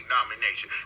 nomination